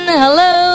hello